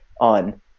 on